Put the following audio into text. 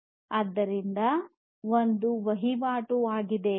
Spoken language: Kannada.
ಆದ್ದರಿಂದ ಒಂದು ವಹಿವಾಟು ಆಗಿದೆ